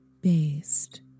based